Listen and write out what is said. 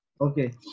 Okay